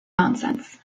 nonsense